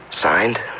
Signed